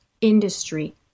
industry